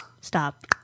Stop